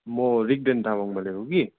म रिग्देन तामाङ बोलेको कि